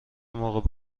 موقع